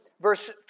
verse